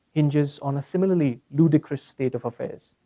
hinges on a similarly ludicrous state of affairs.